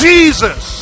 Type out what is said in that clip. Jesus